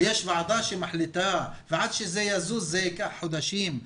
יש ועדה שמחליטה ועד שזה יזוז, זה ייקח חודשים.